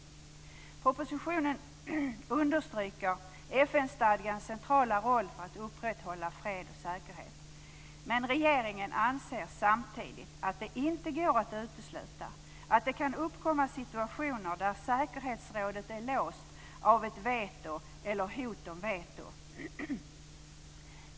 I propositionen understryks FN-stadgans centrala roll att upprätthålla fred och säkerhet, men regeringen anser samtidigt att det inte går att utesluta att det kan uppkomma situationer där säkerhetsrådet är låst av ett veto eller hot om veto.